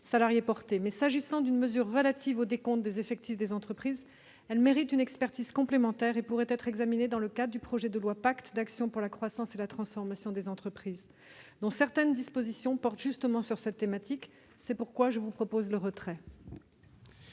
salariés portés. Mais cette mesure relative au décompte des effectifs des entreprises mérite une expertise complémentaire et pourrait être examinée dans le cadre du projet de loi PACTE, ou plan d'action pour la croissance et la transformation des entreprises, dont certaines dispositions portent précisément sur cette thématique. C'est pourquoi le Gouvernement